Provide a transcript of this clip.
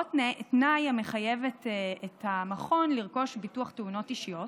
לרבות תנאי המחייב את המכון לרכוש ביטוח תאונות אישיות,